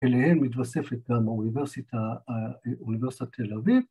‫אליהן מתווספת גם האוניברסיטה, אה ‫אוניברסיטת תל אביב.